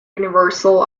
universal